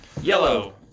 Yellow